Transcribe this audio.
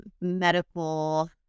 medical